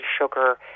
sugar